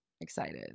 excited